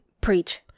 Preach